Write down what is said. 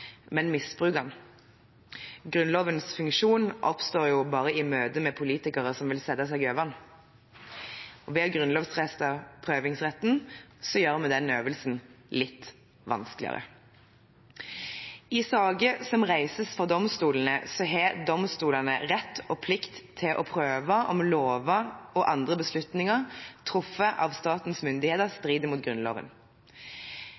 men misbruke den. Grunnlovens funksjon oppstår bare i møte med politikere som vil sette seg over den. Ved å grunnlovfeste prøvingsretten gjør vi den øvelsen litt vanskeligere. I saker som reises for domstolene, har domstolene rett og plikt til å prøve om lover og andre beslutninger truffet av statens myndigheter strider mot Grunnloven.